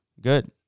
Good